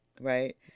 right